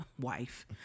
wife